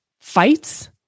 fights